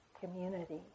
community